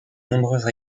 nombreuses